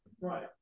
Right